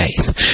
faith